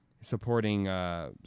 supporting